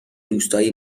روستایی